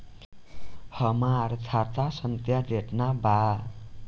हमार खाता संख्या केतना बा?